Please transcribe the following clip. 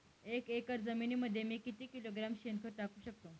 एक एकर जमिनीमध्ये मी किती किलोग्रॅम शेणखत टाकू शकतो?